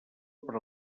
per